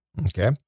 Okay